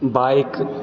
bike